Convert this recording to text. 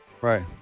Right